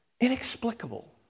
Inexplicable